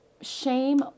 shame